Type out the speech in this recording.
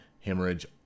hemorrhage